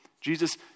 Jesus